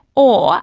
or